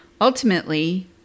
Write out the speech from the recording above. Ultimately